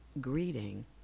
greeting